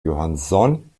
johansson